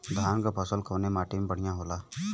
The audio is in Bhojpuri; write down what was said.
धान क फसल कवने माटी में बढ़ियां होला?